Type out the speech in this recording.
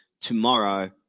Tomorrow